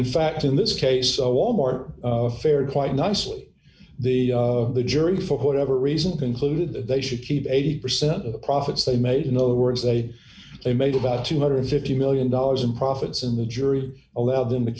in fact in this case wal mart fared quite nicely the the jury for whatever reason concluded that they should keep eighty percent of the profits they made in other words they made about two hundred and fifty million dollars in profits in the jury allowed them to